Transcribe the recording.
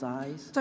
eyes